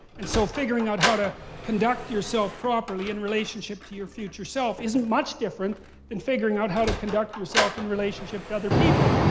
and so figuring out how to conduct yourself properly in relationship to your future self isn't much different than figuring out how to conduct yourself in relationship to other people.